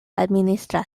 administra